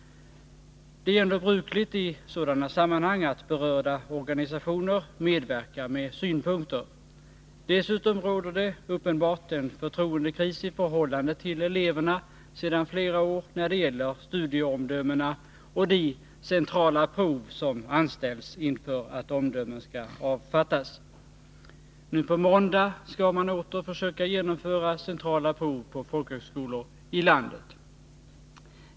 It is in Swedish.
Det är ändå brukligt i sådana sammanhang att berörda organisationer medverkar med synpunkter. Dessutom råder det uppenbart sedan flera år en förtroendekris i förhållande till eleverna när det gäller studieomdömen och de centrala prov som anställs då omdömen skall avfattas. Nu på måndag skall man åter försöka genomföra centrala prov på folkhögskolor i landet.